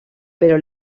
però